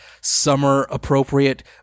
summer-appropriate